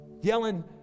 yelling